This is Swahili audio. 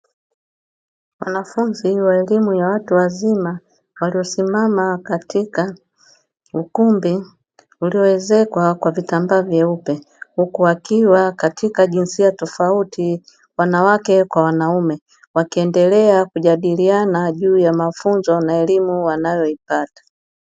Wanafunzi wa elimu ya watu wazima waliosimama katika ukumbi uliwekwa kwa vitambaa vyeupe, wakiwa katika jinsia tofauti, wanawake kwa wanaume, wakiendelea kujadiliana juu ya mafunjo na elimu wanayoipata.